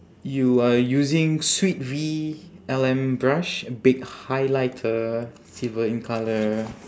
you are using sweet V L M brush baked highlighter silver in colour